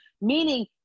meaning